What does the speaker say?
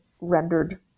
rendered